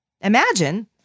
Imagine